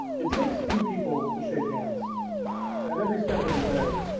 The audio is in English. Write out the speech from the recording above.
it takes two people to shake hands at every step of the way.